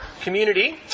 community